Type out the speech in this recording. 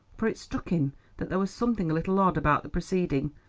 for it struck him that there was something a little odd about the proceeding,